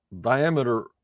diameter